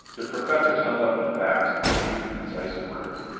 the professor summed up the facts in a few concise words.